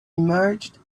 emerged